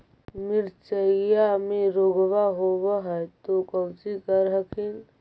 मिर्चया मे रोग्बा होब है तो कौची कर हखिन?